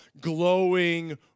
glowing